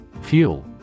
Fuel